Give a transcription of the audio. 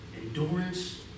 Endurance